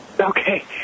Okay